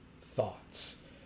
thoughts